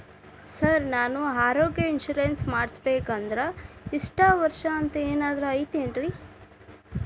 Sir ನಾನು ಆರೋಗ್ಯ insurance ಮಾಡಿಸ್ಬೇಕಂದ್ರೆ ಇಷ್ಟ ವರ್ಷ ಅಂಥ ಏನಾದ್ರು ಐತೇನ್ರೇ?